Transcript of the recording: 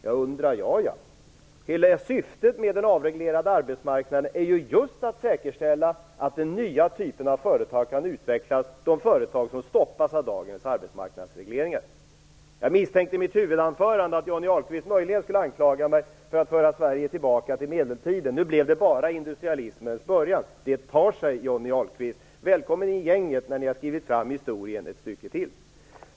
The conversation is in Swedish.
Tror jag det! Hela syftet med den avreglerade arbetsmarknaden är just att säkerställa att nya typer av företag kan utvecklas - de företag som stoppas av dagens arbetsmarknadsregleringar. Jag misstänkte i mitt huvudanförande att Johnny Ahlqvist möjligen skulle anklaga mig för att föra Sverige tillbaka till medeltiden. Nu blev det bara till industrialismens början. Det tar sig, Johnny Ahlqvist! Välkommen in i gänget när ni har skrivit fram historien ett stycke till!